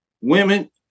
women